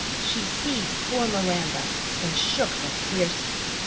she seized poor miranda and shook her fiercely.